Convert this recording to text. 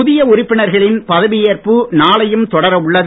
புதிய உறுப்பினர்களின் பதவி ஏற்பு நாளையும் தொடர உள்ளது